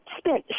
spent